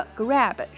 grab